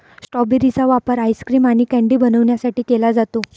strawberry चा वापर ice cream आणि कँडी बनवण्यासाठी केला जातो